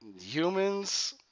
humans